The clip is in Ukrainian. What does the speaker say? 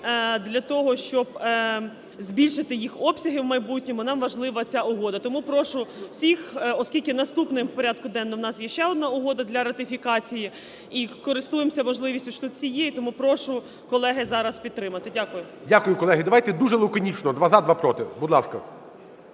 для того, щоб збільшити їх обсяги в майбутньому, нам важлива ця угода. Тому прошу всіх, оскільки наступним в порядку денному в нас є ще одна угода для ратифікації, і користуємося можливістю, що тут всі є, і тому прошу, колеги, зараз підтримати. Дякую. ГОЛОВУЮЧИЙ. Дякую, колеги. Давайте дуже лаконічно: два – за, два – проти. Будь ласка.